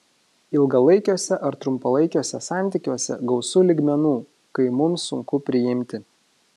ilgalaikiuose ar trumpalaikiuose santykiuose gausu lygmenų kai mums sunku priimti